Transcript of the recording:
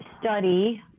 study